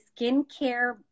skincare